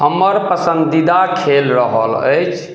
हमर पसन्दीदा खेल रहल अछि